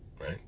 right